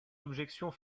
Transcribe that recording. objections